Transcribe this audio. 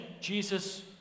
Jesus